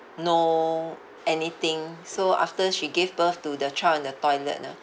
know anything so after she gave birth to the child in the toilet ah